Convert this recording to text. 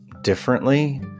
differently